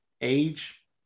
age